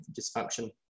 dysfunction